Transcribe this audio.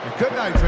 good night, fans.